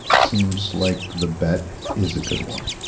seems like the bet is a good one.